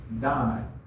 die